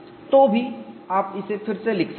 तो भी आप इसे फिर से लिख सकते हैं